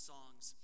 Songs